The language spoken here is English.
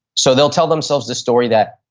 so they'll tell themselves the story that,